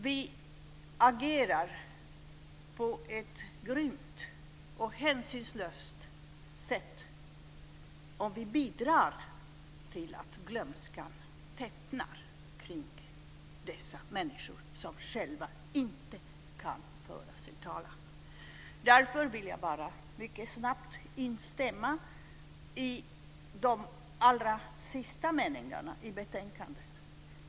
Vi agerar på ett grymt och hänsynslöst sätt om vi bidrar till att glömskan tätnar kring dessa människor som själva inte kan föra sin talan. Därför vill jag mycket snabbt instämma i de allra sista meningarna i betänkandet.